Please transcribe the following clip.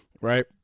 right